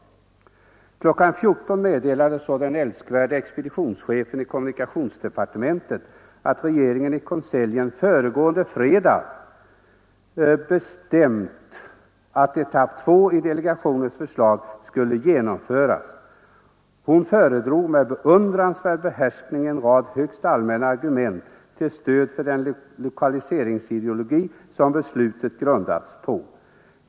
Kl. 14 meddelade så den älskvärde expeditionschefen i kommunikationsdepartementet att regeringen i konseljen föregående fredag bestämt att etapp två i delegationens förslag skulle genomföras. Hon föredrog med beundransvärd behärskning en rad högst allmänna argument till stöd för den lokaliseringsideologi som beslutet grundats på.